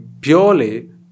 purely